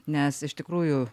nes iš tikrųjų